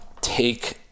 take